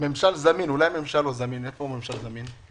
ממשל זמין, אולי ממשל לא זמין, איפה ממשל זמין?